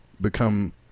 become